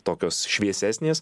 tokios šviesesnės